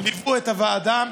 ליוו את הוועדה,